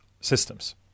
systems